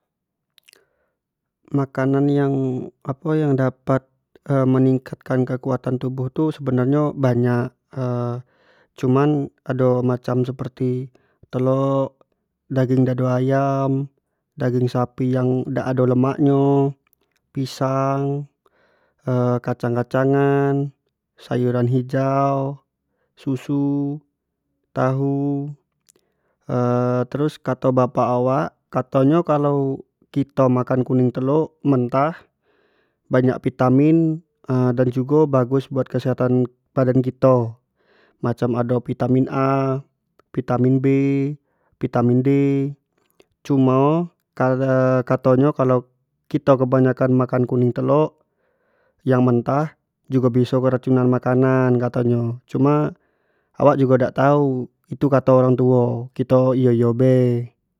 makanan yang apo yang dapat meningkat kan kekuatan tubuh tu sebenar nyo banyak cuman ado macam seperti, telok, daging dado ayam, daging sapi yang dak ado lemak nyo, pisang kacang-kacangan, sayuran hijau, susu, tahu terus kato bapaka awak kato nyo kalau kito makan kuning telok mentah banyak vitamin dan jugo bagus buat kesehatn badan kito, macam ado vitamin a, vitamin b, vitamin d, cumo kalo kato nyo kalau kito kebanyak an makan-makan kuning telok yang mentah jugo biso keracunan makanan kato nyo, cuma awak jugo dak tau itu kato orang tuo, kito iyo-iyo be.